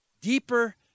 Deeper